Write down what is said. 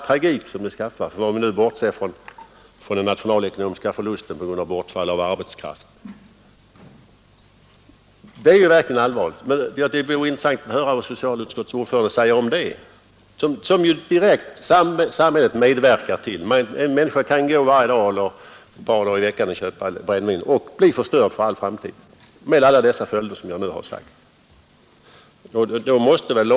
Alkoholmissbruket medför massor av elände och tragik bortsett från den nationalekonomiska förlusten på grund av bortfall av arbetskraft. Allt det är verkligen allvarligt. Det vore intressant att höra vad socialutskottets ordförande säger om det missbruk som samhället sålunda direkt medverkar till. En människa kan varje dag eller ett par dagar i veckan gå och köpa brännvin och bli förstörd för all framtid — med alla de följder jag nyss har nämnt.